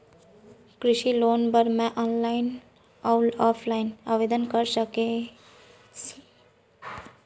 कृषि लोन बर मैं ऑनलाइन अऊ ऑफलाइन आवेदन कइसे कर सकथव?